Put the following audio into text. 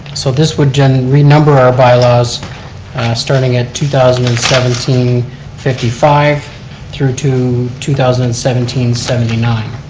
so this would then renumber our bylaws starting at two thousand and seventeen fifty five through two two thousand and seventeen seventy nine.